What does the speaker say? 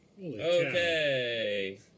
Okay